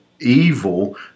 evil